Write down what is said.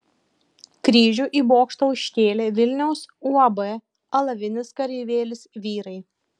kryžių į bokštą užkėlė vilniaus uab alavinis kareivėlis vyrai